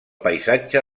paisatge